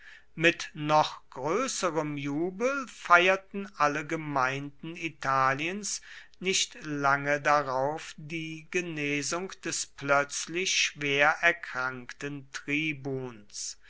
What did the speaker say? mit noch größerem jubel feierten alle gemeinden italiens nicht lange darauf die genesung des plötzlich schwer erkrankten tribuns